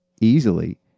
easily